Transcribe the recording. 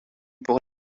pour